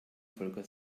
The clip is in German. volker